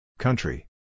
Country